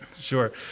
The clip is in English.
Sure